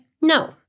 No